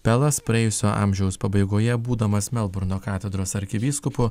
pelas praėjusio amžiaus pabaigoje būdamas melburno katedros arkivyskupu